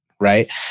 right